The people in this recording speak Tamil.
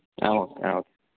ah okay ah okay